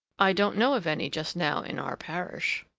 i don't know of any just now in our parish.